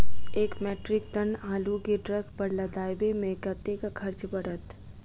एक metric ton आलु केँ ट्रक पर लदाबै मे कतेक खर्च पड़त?